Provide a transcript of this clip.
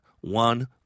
one